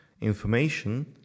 information